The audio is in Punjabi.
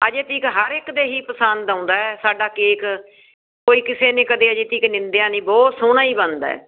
ਅਜੇ ਤੱਕ ਹਰ ਇੱਕ ਦੇ ਇਹੀ ਪਸੰਦ ਆਉਂਦਾ ਸਾਡਾ ਕੇਕ ਕੋਈ ਕਿਸੇ ਨੇ ਕਦੇ ਅਜੇ ਤੱਕ ਨਿੰਦਿਆ ਨਹੀਂ ਬਹੁਤ ਸੋਹਣਾ ਹੀ ਬਣਦਾ ਹੈ